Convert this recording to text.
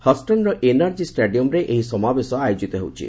ହଷ୍ଟନ୍ର NRG ଷ୍ଟାଡିୟମ୍ରେ ଏହି ସମାବେଶ ଆୟୋଜିତ ହେଉଛି